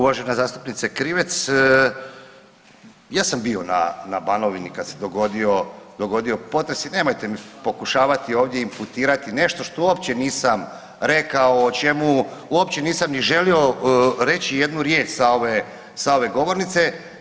Uvažena zastupnice Krivec, ja sam bio na Banovini kad se dogodio potres i nemojte mi pokušavati ovdje imputirati nešto što uopće nisam rekao, o čemu uopće nisam ni želio reći nijednu riječ sa ove govornice.